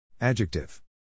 Adjective